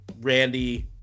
randy